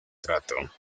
trato